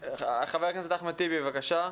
חבר הכנסת אחמד טיבי, בבקשה.